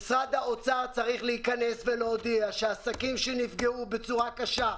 משרד האוצר צריך להכנס ולהודיע שהעסקים שנפגעו בצורה קשה,